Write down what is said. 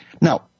Now